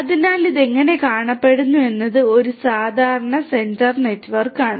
അതിനാൽ ഇത് എങ്ങനെ കാണപ്പെടുന്നു എന്നത് ഒരു സാധാരണ ഡാറ്റാ സെന്റർ നെറ്റ്വർക്കാണ്